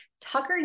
Tucker